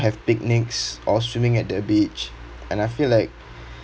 have picnics or swimming at the beach and I feel like